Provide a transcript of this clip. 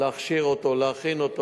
להכשיר אותו ולהכין אותו,